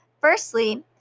Firstly